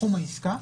סכום העסקה,